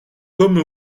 comme